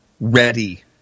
ready